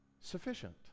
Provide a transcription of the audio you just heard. sufficient